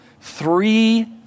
Three